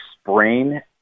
sprain